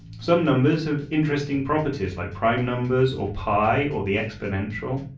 some numbers have interesting properties like prime numbers, or pi or the exponential.